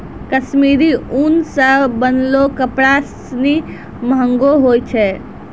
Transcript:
कश्मीरी उन सें बनलो कपड़ा सिनी महंगो होय छै